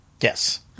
Yes